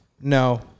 No